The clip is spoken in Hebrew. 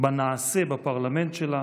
בנעשה בפרלמנט שלה